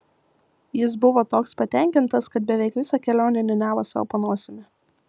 jis buvo toks patenkintas kad beveik visą kelionę niūniavo sau po nosimi